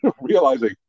realizing